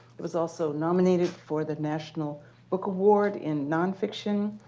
it was also nominated for the national book award in nonfiction.